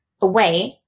away